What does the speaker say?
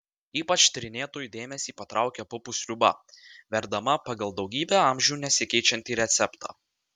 ypač tyrinėtojų dėmesį patraukė pupų sriuba verdama pagal daugybę amžių nesikeičiantį receptą